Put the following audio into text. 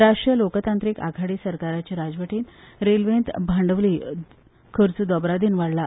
राष्ट्रीय लोकतांत्रीक आघाडी सरकाराचे राजवटींत रेल्वेंत भांडवली खर्च दोबरादीन वाडला